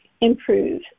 improve